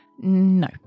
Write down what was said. no